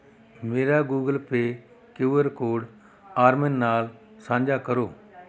ਮੇਰਾ Google pay Q R code ਅਰਮਿਨ ਨਾਲ ਸਾਂਝਾ ਕਰੋ